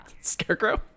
Scarecrow